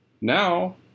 Now